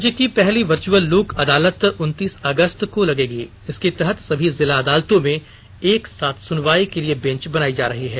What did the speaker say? राज्य की पहली वर्चुअल लोक अदालत उनतीस अगस्त को लगेगी इसके तहत सभी जिला अदालतों में एक साथ सुनवाई के लिए बेंच बनाई जा रही है